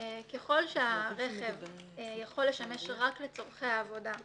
ככל שהרכב יכול לשמש רק לצרכי עבודה,